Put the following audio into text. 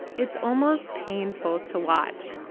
it's almost painful to watch.